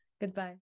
Goodbye